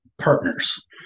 partners